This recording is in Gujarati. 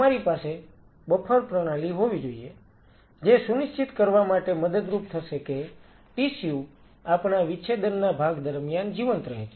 તમારી પાસે બફર પ્રણાલી હોવી જોઈએ જે સુનિશ્ચિત કરવા માટે મદદરૂપ થશે કે ટીસ્યુ આપણા વિચ્છેદનના ભાગ દરમિયાન જીવંત રહે છે